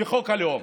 מחוק הלאום